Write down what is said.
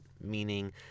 meaning